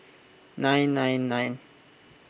nine nine nine